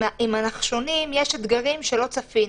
עם הנחשונים יש אתגרים שלא צפינו.